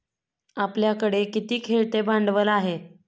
आपल्याकडे किती खेळते भांडवल आहे?